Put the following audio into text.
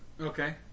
okay